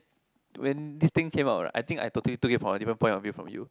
when this thing came out I think I totally took it from a different point of view from you